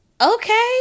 Okay